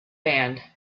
band